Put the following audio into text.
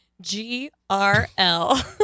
G-R-L